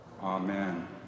Amen